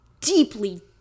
deeply